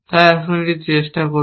তাই আসুন এটি চেষ্টা করুন